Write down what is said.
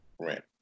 rent